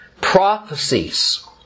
Prophecies